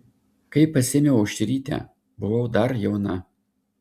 kai pasiėmiau aušrytę buvau dar jauna